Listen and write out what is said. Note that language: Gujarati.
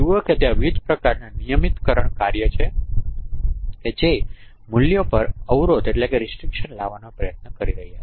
જુઓ કે ત્યાં વિવિધ પ્રકારનાં નિયમિતકરણ કાર્ય છે કે જે મૂલ્યો પર અવરોધ લાવવાનો પ્રયત્ન કરી રહ્યા છે